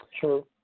Sure